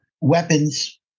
weapons